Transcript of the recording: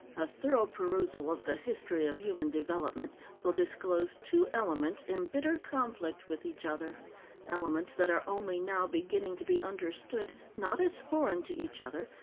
a thorough perusal of the history of human development will disclose two elements in bitter conflict with each other elements that are only now beginning to be understood, not as foreign to each other,